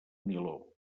niló